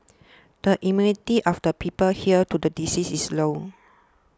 the immunity of the people here to the disease is low